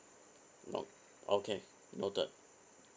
note okay noted